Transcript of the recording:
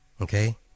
Okay